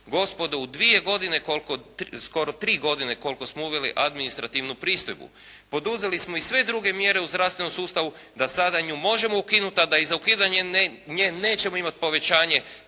Gospodo u dvije godine, koliko, skoro tri godine koliko smo uveli administrativnu pristojbu poduzeli smo i sve druge mjere u zdravstvenom sustavu da sada nju možemo ukinuti a da za ukidanje nje nećemo imati povećanje